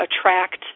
attract –